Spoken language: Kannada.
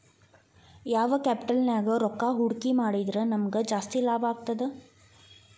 ಯಾವ್ ಕ್ಯಾಪಿಟಲ್ ನ್ಯಾಗ್ ರೊಕ್ಕಾ ಹೂಡ್ಕಿ ಮಾಡಿದ್ರ ನಮಗ್ ಜಾಸ್ತಿ ಲಾಭಾಗ್ತದ?